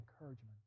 encouragement